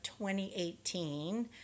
2018